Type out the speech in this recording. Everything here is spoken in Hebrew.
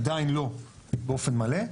עדיין לא באופן מלא,